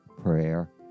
prayer